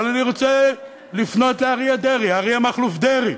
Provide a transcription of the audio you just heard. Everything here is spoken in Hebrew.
אבל אני רוצה לפנות לאריה דרעי, אריה מכלוף דרעי,